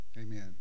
Amen